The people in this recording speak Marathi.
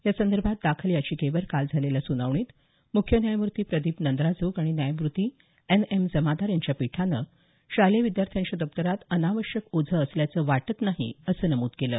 यासंदर्भात दाखल याचिकेवर काल झालेल्या सुनावणीत मुख्य न्यायमूर्ती प्रदीप नंद्राजोग आणि न्यायमूर्ती एन एम जमादार यांच्या पीठानं शालेय विद्यार्थ्यांच्या दप्तरात अनावश्यक ओझं असल्याचं वाटत नाही असं नमूद केलं